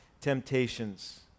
temptations